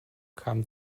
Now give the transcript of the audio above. kam